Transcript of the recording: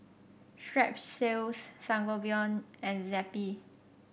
Strepsils Sangobion and Zappy